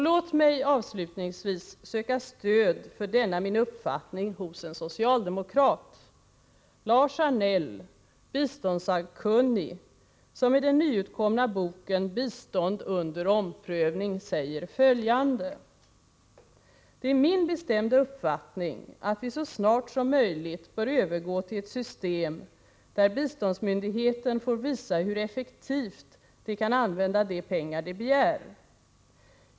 Låt mig avslutningsvis söka stöd för denna min uppfattning hos en socialdemokrat, nämligen Lars Anell, biståndssakkunnig, som säger följande i den nyutkomna boken Bistånd under omprövning: ”Det är min bestämda uppfattning att vi så snart som möjligt bör övergå till ett system där biståndsmyndigheterna får visa hur effektivt de kan använda de pengar de begär.